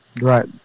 right